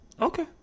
Okay